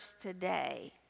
today